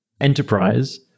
enterprise